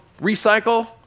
recycle